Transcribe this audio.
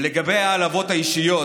ולגבי ההעלבות האישיות,